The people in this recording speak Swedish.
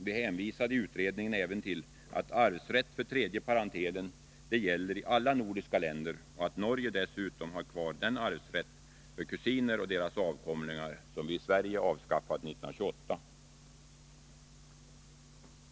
Vi hänvisade i utredningen även till att arvsrätt för tredje parentelen gäller i alla nordiska länder och att Norge dessutom har kvar den arvsrätt för kusiner och deras avkomlingar som vi i Sverige avskaffade 1928.